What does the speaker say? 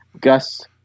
Gus